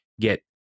get